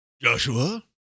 Joshua